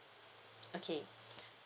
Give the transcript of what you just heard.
okay